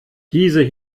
diese